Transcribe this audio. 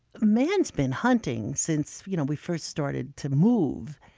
man has been hunting since you know we first started to move.